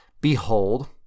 Behold